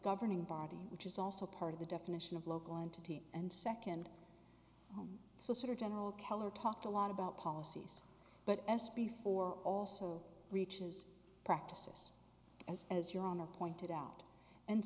governing body which is also part of the definition of local entity and second home so sort of general color talked a lot about policies but best before also reaches practices as as your honor pointed out and